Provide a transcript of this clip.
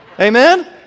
Amen